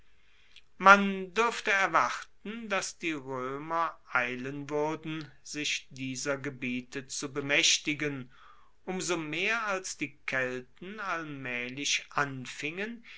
man durfte erwarten dass die roemer eilen wuerden sich dieser gebiete zu bemaechtigen um so mehr als die kelten allmaehlich anfingen